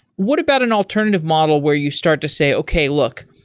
what about an alternative model where you start to say, okay, look.